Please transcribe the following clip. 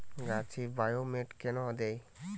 গাছে বায়োমেট কেন দেয়?